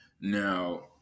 Now